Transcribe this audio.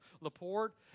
LaPorte